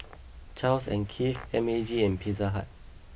Charles and Keith M A G and Pizza Hut